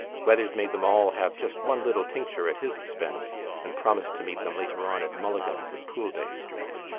weathers made them all have just one little tincture at his expense and promised to meet them later on at mulligan's in poolbeg street.